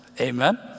Amen